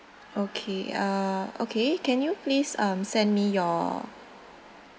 okay uh okay can you please um send me your